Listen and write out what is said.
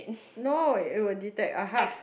no it will detect !aha!